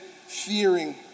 fearing